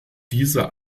dieser